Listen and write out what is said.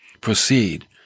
proceed